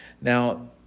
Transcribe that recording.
Now